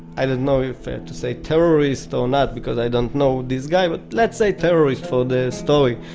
i don't know if to say terrorist or not because i don't know this guy but let's say terrorist for the story,